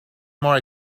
more